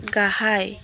गाहाय